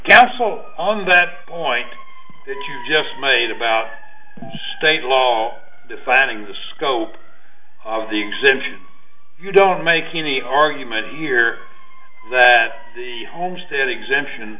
cashel on that point that you just made about state law defining the scope of the exemption you don't make any argument here that the homestead exemption